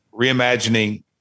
reimagining